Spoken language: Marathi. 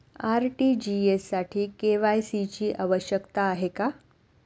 आर.टी.जी.एस साठी के.वाय.सी ची आवश्यकता आहे का?